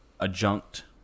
adjunct